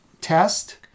test